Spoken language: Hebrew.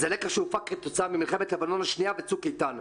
זה לקח שהופק כתוצאה ממלחמת לבנון השנייה וצוק איתן.